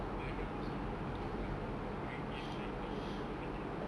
but the worst [one] is the people who who already have high pay lah because their